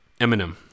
Eminem